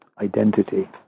identity